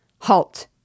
halt